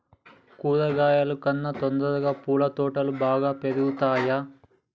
కూరగాయల కన్నా తొందరగా పూల తోటలు బాగా పెరుగుతయా?